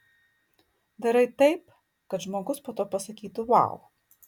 darai taip kad žmogus po to pasakytų vau